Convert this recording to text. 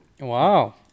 Wow